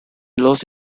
los